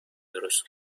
درست